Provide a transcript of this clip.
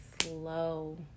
slow